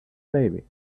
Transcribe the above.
baby